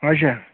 اَچھا